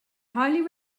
highly